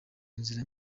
nzira